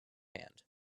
hand